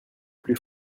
plus